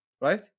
Right